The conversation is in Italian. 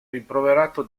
rimproverato